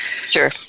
Sure